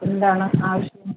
എന്താണ് ആവശ്യം